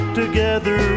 together